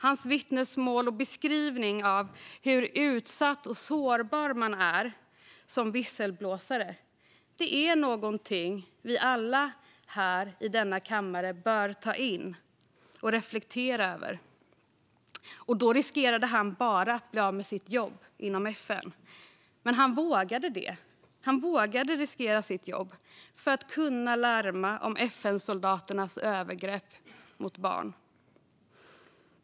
Hans vittnesmål och beskrivning av hur utsatt och sårbar man är som visselblåsare är någonting vi alla här i denna kammare bör ta in och reflektera över. Och då riskerade han "bara" att bli av med sitt jobb inom FN. Men han vågade det. Han vågade riskera sitt jobb för att kunna larma om FN-soldaternas övergrepp mot barn.